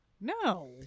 No